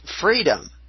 freedom